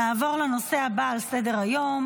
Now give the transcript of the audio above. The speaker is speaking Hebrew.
נעבור לנושא הבא על סדר-היום,